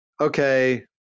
okay